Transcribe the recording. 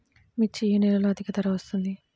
మిర్చి ఏ నెలలో అధిక ధర వస్తుంది?